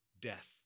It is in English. death